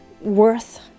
worth